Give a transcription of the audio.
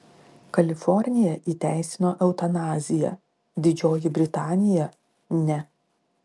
kalifornija įteisino eutanaziją didžioji britanija ne